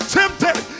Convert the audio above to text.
tempted